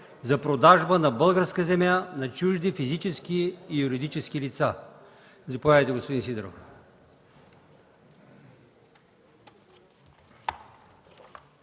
за продажба да българска земя на чужди физически и юридически лица. Заповядайте, господин Сидеров.